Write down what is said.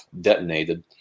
detonated